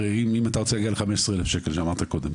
אם אתה רוצה להגיע ל-15,000 שקל, כמו שאמרת קודם,